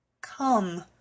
COME